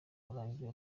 urangiye